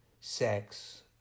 sex